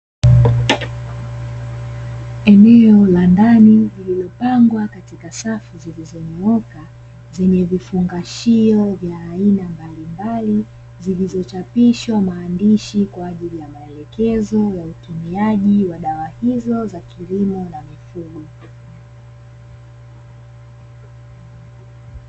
Eneo la ndani lililopangwa katika safu zilizonyooka, zenye vifungashio vya aina mabalimbali, zilizochapishwa maandishi kwa ajili ya maelekezo ya utumiaji wa dawa hizo za kilimo na mifugo.